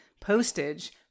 postage